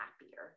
happier